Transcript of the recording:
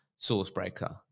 Sourcebreaker